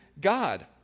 God